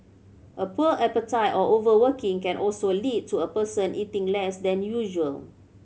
a poor appetite or overworking can also lead to a person eating less than usual